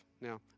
Now